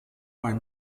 bei